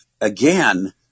again